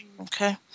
Okay